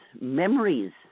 memories